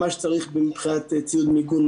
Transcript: מה שצריך מבחינת ציוד מיגון,